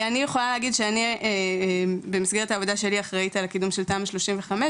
אני יכולה להגיד שאני במסגרת העבודה שלי אחראית על הקידום של תמ"א 35,